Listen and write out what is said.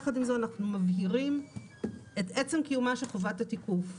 יחד עם זה אנחנו מבהירים את עצם קיומה של חובת התיקוף.